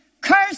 Cursed